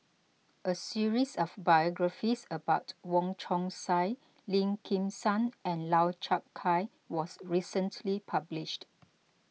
a series of biographies about Wong Chong Sai Lim Kim San and Lau Chiap Khai was recently published